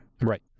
Right